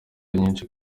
nyinshi